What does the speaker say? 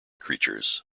creatures